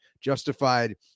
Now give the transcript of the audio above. justified